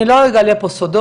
אני לא אגלה פה סודות,